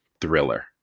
Thriller